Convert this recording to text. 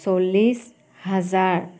চল্লিছ হাজাৰ